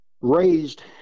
Raised